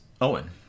owen